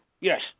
Yes